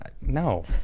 No